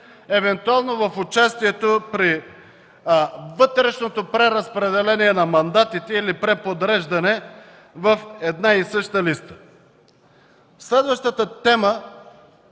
евентуално в участието при вътрешното преразпределение на мандатите или преподреждане в една и съща листа. Следващата тема,